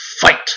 Fight